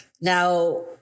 Now